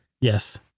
Yes